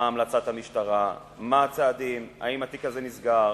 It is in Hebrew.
מה המלצת המשטרה, מה הצעדים, האם התיק הזה נסגר,